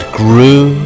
grew